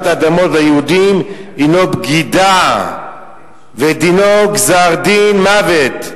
אדמות ליהודים הינה בגידה ודינה גזר-דין מוות,